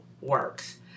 works